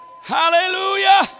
Hallelujah